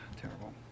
Terrible